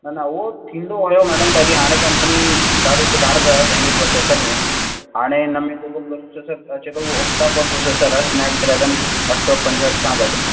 न न उहो थींदो हुओ मैडम पहिरीं हाणे कंपनी ॾाढो सुधारु कयो आहे पंहिंजे प्रोसेसर में हाणे हिन में जेको प्रोसेसर अचे थो उहो ओक्टा प्रोसेसर आहे स्नैपड्रेगन अठ सौ पंजहठि सां गॾु